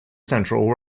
central